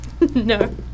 No